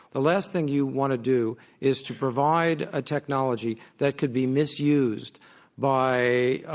the last thing you want to do is to provide a technology that could be misused by